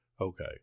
Okay